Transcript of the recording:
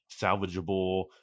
salvageable